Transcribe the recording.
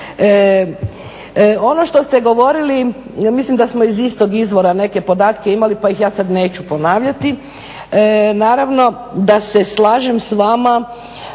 Ono što ste govorili, mislim da smo iz istog izvora neke podatke imali pa ih ja sada neću ponavljati. Naravno da se slažem s vama